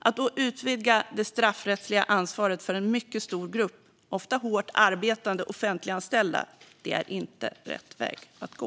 Att då utvidga det straffrättsliga ansvaret för en mycket stor grupp, ofta hårt arbetande, offentliganställda är inte rätt väg att gå.